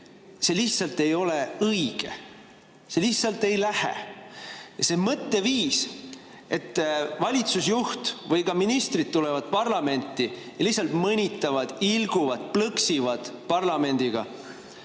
see lihtsalt ei ole õige, see lihtsalt ei lähe. See mõtteviis, et valitsusjuht tuleb või ka ministrid tulevad parlamenti ja lihtsalt mõnitavad, ilguvad, plõksivad parlamendiga,